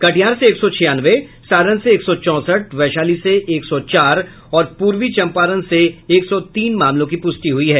कटिहार से एक सौ छियानवे सारण से एक सौ चौंसठ वैशाली से एक सौ चार और पूर्वी चंपारण एक सौ तीन मामलों की पुष्टि हुई है